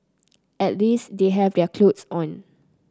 at least they have their clothes on